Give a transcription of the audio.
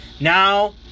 Now